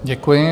Děkuji.